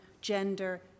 gender